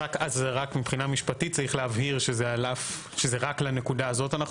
רק מבחינה משפטית צריך להבהיר שזה רק לנקודה הזאת אנחנו